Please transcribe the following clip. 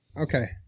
Okay